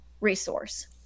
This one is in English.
resource